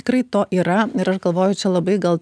tikrai to yra ir aš galvoju čia labai gal